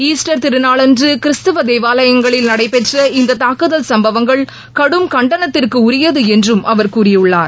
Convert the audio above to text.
Easter திருநாளன்று கிறிஸ்துவ தேவாலயங்களில் நடைபெற்ற இந்தத் தாக்குதல் சம்பவங்கள் கடும் கண்டனத்திற்குரியது என்றும் அவர் கூறியுள்ளார்